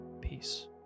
Peace